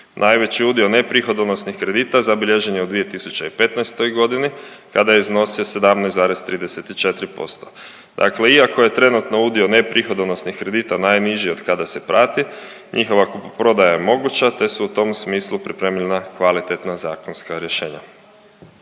Najveći dio neprihodonosnih kredita zabilježen je u 2015.g. kada je iznosio 17,34%. Dakle iako je trenutno udio neprihodonosnih kredita najniži otkada se prati, njihova kupoprodaja je moguća, te su u tom smislu pripremljena kvalitetna zakonska rješenja.